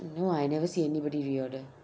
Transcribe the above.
no I never see anybody reorder